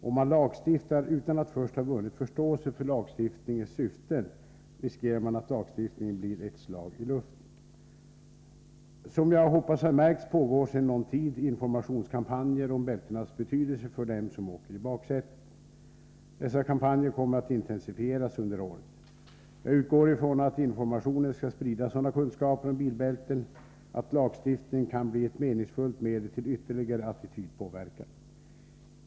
Om man lagstiftar utan att först ha vunnit förståelse för lagstiftningens syften, riskerar man att lagstiftningen blir ett slag i luften. Som jag hoppas har märkts, pågår sedan någon tid informationskampanjer om bältenas betydelse för dem som åker i baksätet. Dessa kampanjer kommer att intensifieras under året. Jag utgår ifrån att informationen skall sprida sådana kunskaper om bilbälten att lagstiftning kan bli ett meningsfullt medel till ytterligare attitydpåverkan.